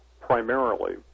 primarily